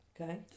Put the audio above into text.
Okay